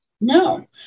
No